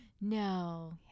No